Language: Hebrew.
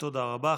תודה רבה.